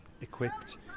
equipped